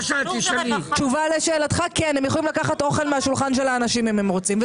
אם הם רוצים.